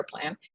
plan